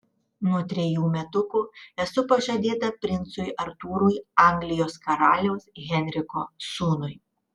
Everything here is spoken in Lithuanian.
nuo trejų metukų esu pažadėta princui artūrui anglijos karaliaus henriko sūnui